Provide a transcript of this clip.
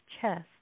chest